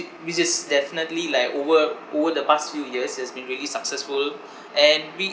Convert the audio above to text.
which is definitely like over over the past few years it has been really successful and re~